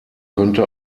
könnte